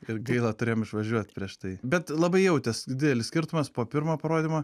ir gaila turėjom išvažiuot prieš tai bet labai jautės didelis skirtumas po pirmo parodymo